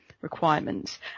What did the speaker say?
requirements